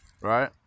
Right